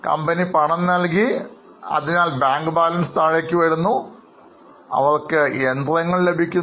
company പണം നൽകുന്നു അതിനാൽ ബാങ്ക് ബാലൻസ് കുറയുന്നു പക്ഷേ അവർക്കു യന്ത്രങ്ങൾ ലഭിക്കുന്നു